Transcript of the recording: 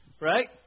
right